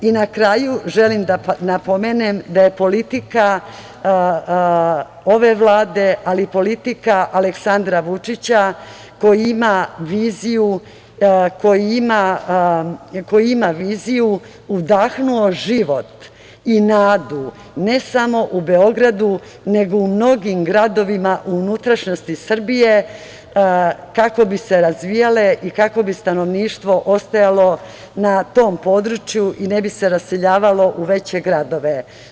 Na kraju želim da napomenem, da je politika ove Vlade, ali i politika Aleksandra Vučića, koji ima viziju udahnula život i nadu, ne samo u Beogradu, nego u mnogim gradovima u unutrašnjosti Srbije, kako bi se razvijale i kako bi stanovništvo ostajalo na tom području i ne bi se raseljavalo u veće gradove.